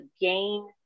gain